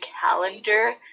calendar